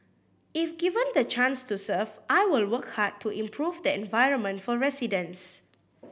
if given the chance to serve I will work hard to improve the environment for residents